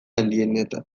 handienetan